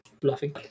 bluffing